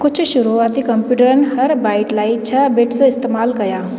कुझु शुरूआती कंप्यूटरनि हर बाइट लाइ छह बिट्स इस्तेमालु कया